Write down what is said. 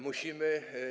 Musimy.